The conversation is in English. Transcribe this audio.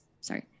Sorry